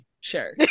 Sure